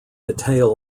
detail